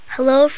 Hello